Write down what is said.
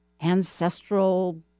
ancestral